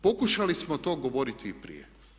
Pokušali smo to govoriti i prije.